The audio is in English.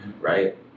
right